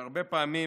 והרבה פעמים